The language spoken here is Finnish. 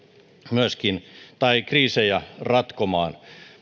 myöskin kriisejä ratkomaan